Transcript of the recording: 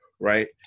right